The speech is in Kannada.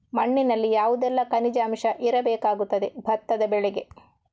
ಮಣ್ಣಿನಲ್ಲಿ ಯಾವುದೆಲ್ಲ ಖನಿಜ ಅಂಶ ಇರಬೇಕಾಗುತ್ತದೆ ಭತ್ತದ ಬೆಳೆಗೆ?